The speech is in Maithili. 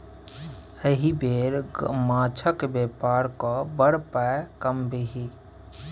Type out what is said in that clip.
एहि बेर माछक बेपार कए बड़ पाय कमबिही